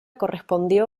correspondió